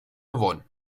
gewonnen